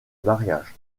mariages